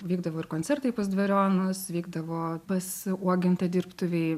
vykdavo ir koncertai pas dvarionus vykdavo pas uogintą dirbtuvėj